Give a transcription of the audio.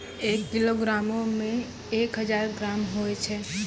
एक किलोग्रामो मे एक हजार ग्राम होय छै